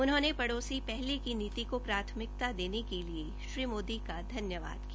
उन्होंने पड़ोसी पहले की नीति को प्राथमिकता देने के लिए श्री मोदी का धन्यवाद किया